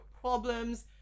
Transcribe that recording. problems